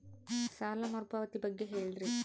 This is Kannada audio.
ಸಾಲ ಮರುಪಾವತಿ ಬಗ್ಗೆ ಹೇಳ್ರಿ?